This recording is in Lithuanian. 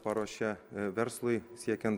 paruošė verslui siekiant